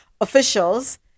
officials